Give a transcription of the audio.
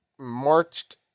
marched